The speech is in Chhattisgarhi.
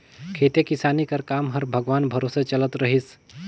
खेती किसानी कर काम हर भगवान भरोसे चलत रहिस